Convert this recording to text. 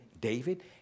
David